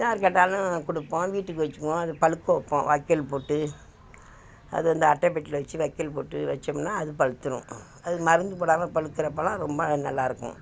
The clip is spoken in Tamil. யார் கேட்டாலும் கொடுப்போம் வீட்டுக்கு வச்சிக்குவோம் பழுக்க வைப்போம் வைக்கோல் போட்டு அது வந்து அட்டைப்பெட்டில வச்சி வக்கோல் போட்டு வச்சம்னா அது பழுத்துடும் அதுக்கு மருந்து போடாமல் பழுக்கிற பழம் ரொம்ப நல்லாயிருக்கும்